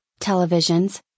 televisions